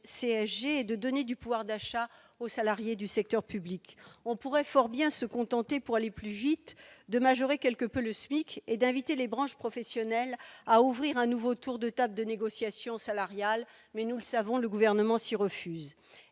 CSG de donner du pouvoir d'achat aux salariés du secteur public, on pourrait fort bien se contenter, pour aller plus vite, de majorer quelque peu le SMIC et d'inviter les branches professionnelles à ouvrir un nouveau tour de table de négociations salariales, mais nous le savons, le gouvernement s'y refuse